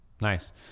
Nice